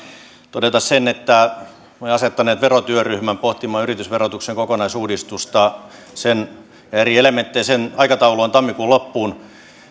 todeta sen että olemme asettaneet verotyöryhmän pohtimaan yritysverotuksen kokonaisuusuudistusta sen eri elementtejä sen aikataulu on tammikuun loppuun